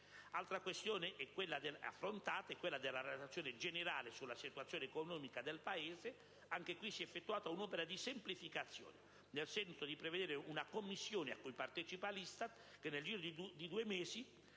Altra questione affrontata è quella della Relazione generale sulla situazione economica del Paese: anche qui si è effettuata un'opera di semplificazione, nel senso di prevedere una commissione, a cui partecipa l'ISTAT, che nel giro di due mesi